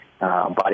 body